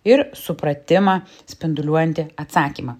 ir supratimą spinduliuojantį atsakymą